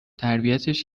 تربیتش